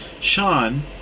Sean